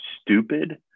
stupid